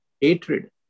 hatred